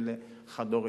ולחד-הוריות.